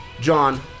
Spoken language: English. John